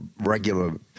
regular